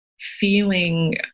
feeling